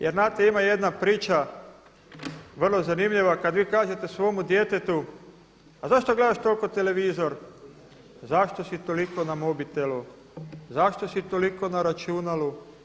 Jer znate ima jedna priča vrlo zanimljiva, kad vi kažete svome djetetu: A zašto gledaš toliko televizor, zašto si toliko na mobitelu, zašto si toliko na računalu?